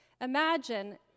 Imagine